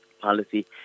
policy